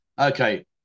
Okay